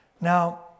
Now